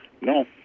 no